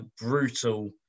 brutal